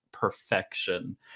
perfection